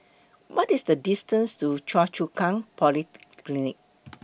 What IS The distance to Choa Chu Kang Polyclinic